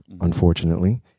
unfortunately